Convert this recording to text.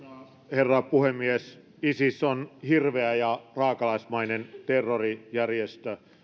herra puhemies isis on hirveä ja raakalaismainen terrorijärjestö